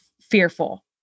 fearful